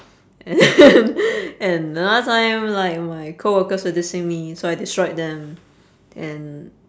and and another time like my coworkers were dissing me so I destroyed them and